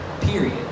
Period